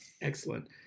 Excellent